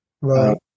Right